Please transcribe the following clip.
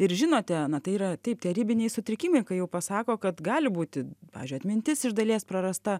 ir žinote na tai yra tie ribiniai sutrikimai kai jau pasako kad gali būti pavyzdžiui atmintis iš dalies prarasta